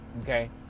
okay